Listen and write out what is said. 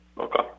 Okay